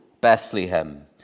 Bethlehem